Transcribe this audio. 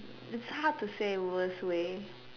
it's hard to say worst way